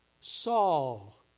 Saul